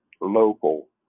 local